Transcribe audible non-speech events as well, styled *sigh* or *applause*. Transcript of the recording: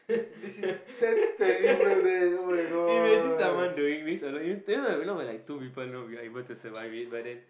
*laughs* imagine someone doing this alone if you know when like two people know we are able to survive it but then